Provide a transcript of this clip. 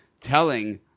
telling